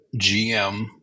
GM